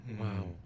Wow